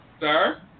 Sir